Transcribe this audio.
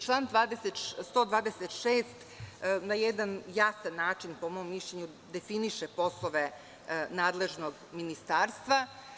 Član 126. na jedan jasan način definiše poslove nadležnog ministarstva.